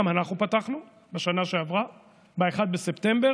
גם אנחנו פתחנו בשנה שעברה ב-1 בספטמבר.